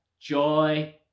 joy